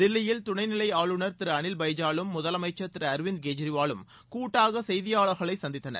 தில்லியில் துணைநிலை ஆளுநர் திரு அனில் பைஜாலும் முதலமைச்சர் திரு அரவிந்த் கெஜ்ரிவாலும் கூட்டாக செய்தியாளர்களை சந்தித்தனர்